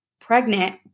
pregnant